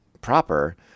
proper